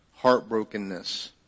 heartbrokenness